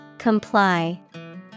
Comply